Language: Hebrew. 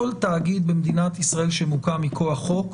כל תאגיד במדינת ישראל שמוקם מכוח חוק,